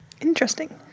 Interesting